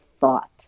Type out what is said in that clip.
thought